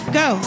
go